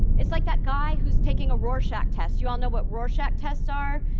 it's like that guy who's taking a rorschach test. you all know what rorschach tests are?